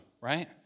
right